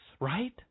right